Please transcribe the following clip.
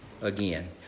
again